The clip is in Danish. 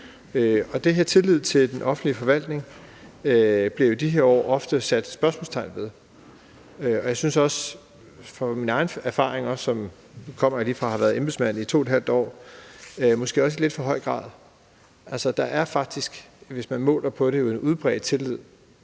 Det at have tillid til den offentlige forvaltning bliver der jo i de her år ofte sat spørgsmålstegn ved, og måske også – synes jeg ud fra min egen erfaring, for nu kommer jeg lige fra at have været embedsmand i 2½ år – i lidt for høj grad. Altså, der er jo faktisk, hvis man måler på det, stadig væk en udbredt tillid